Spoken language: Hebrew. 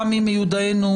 עמי צדיק,